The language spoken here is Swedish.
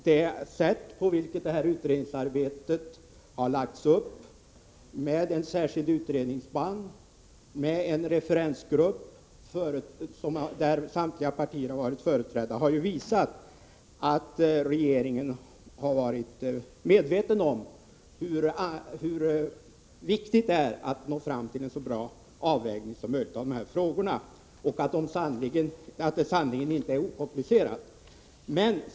Det sätt på vilket utredningsarbetet har lagts upp — med en särskild utredningsman och en referensgrupp där samtliga partier har varit företrädda — visar, Nils Berndtson, att regeringen har varit medveten om hur viktigt det är att nå fram till en så bra avvägning som möjligt och att det sannerligen inte är okomplicerat.